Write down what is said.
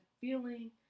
feeling